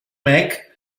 mac